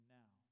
now